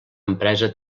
empresa